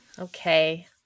okay